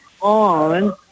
on